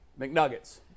McNuggets